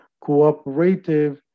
Cooperative